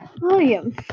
William